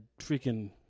freaking